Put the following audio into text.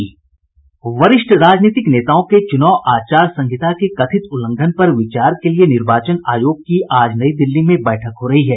वरिष्ठ राजनीतिक नेताओं के चूनाव आचार संहिता के कथित उल्लंघन पर विचार के लिए निर्वाचन आयोग की आज नई दिल्ली में बैठक हो रही है